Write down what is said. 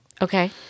Okay